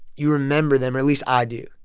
you remember them, or at least i do,